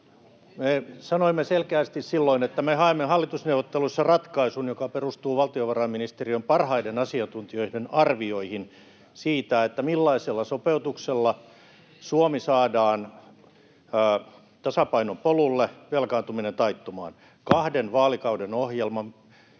Me sanoimme selkeästi silloin, että me haemme hallitusneuvotteluissa ratkaisun, joka perustuu valtiovarainministeriön parhaiden asiantuntijoiden arvioihin siitä, millaisella sopeutuksella Suomi saadaan tasapainon polulle, velkaantuminen taittumaan. Kahden vaalikauden ohjelma